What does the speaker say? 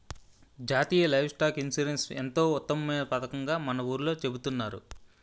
జాతీయ livestock insurance ఎంతో ఉత్తమమైన పదకంగా మన ఊర్లో చెబుతున్నారు